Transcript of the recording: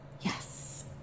Yes